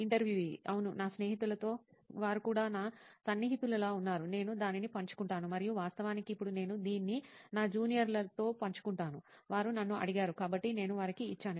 ఇంటర్వ్యూఈ అవును నా స్నేహితులతో వారు కూడా నా సన్నిహితులలా ఉన్నారు నేను దానిని పంచుకుంటాను మరియు వాస్తవానికి ఇప్పుడు నేను దీన్ని నా జూనియర్లతో పంచుకున్నాను వారు నన్ను అడిగారు కాబట్టి నేను వారికి ఇచ్చాను